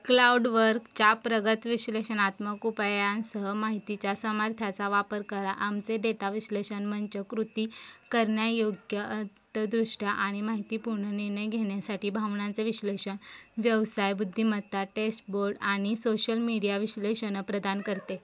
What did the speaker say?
क्लाउडवर्कच्या प्रगत विश्लेषणात्मक उपायांसह माहितीच्या सामर्थ्याचा वापर करा आमचे डेटा विश्लेषण मंच कृती करण्यायोग्य अंतदृष्ट्या आणि माहितीपूर्ण निर्णय घेण्यासाठी भावनांचं विश्लेषण व्यवसाय बुद्धिमत्ता टेस्टबोर्ड आणि सोशल मीडिया विश्लेषण प्रदान करते